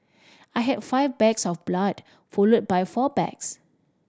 I had five bags of blood followed by four bags